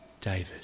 David